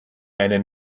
einen